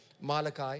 Malachi